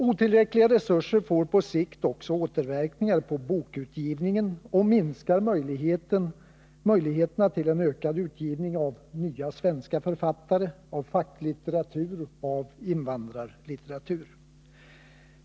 Otillräckliga resurser får på sikt också återverkningar på bokutgivningen och minskar möjligheterna till en ökad utgivning av nya svenska författare till facklitteratur och invandrarlitteratur.